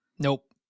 Nope